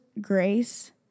grace